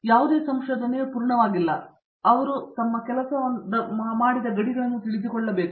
ಯಾವುದೇ ಸಂಶೋಧನೆಯು ಪೂರ್ಣವಾಗಿಲ್ಲ ಆದ್ದರಿಂದ ಅವರು ತಮ್ಮ ಕೆಲಸವನ್ನು ಮಾಡಿದ ಗಡಿಗಳನ್ನು ತಿಳಿದುಕೊಳ್ಳಬೇಕು